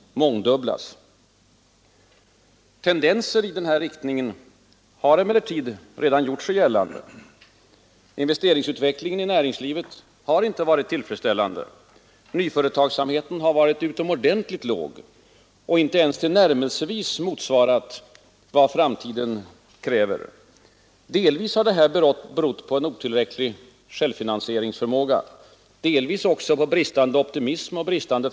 Tendenser i den här riktningen har emellertid redan gjort sig gällande. Investeringsutvecklingen i näringslivet har inte varit tillfredsställande. Nyföretagsamheten har varit utomordentligt låg och inte ens tillnärmelsevis motsvarat vad framtiden kräver. Delvis har detta berott på otillräcklig självfinansieringsförmåga, delvis på bristande optimism och framtidstro.